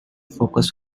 focus